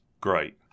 Great